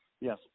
Yes